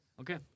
Okay